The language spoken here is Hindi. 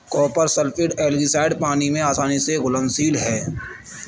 कॉपर सल्फेट एल्गीसाइड पानी में आसानी से घुलनशील है